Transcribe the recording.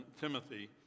Timothy